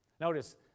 Notice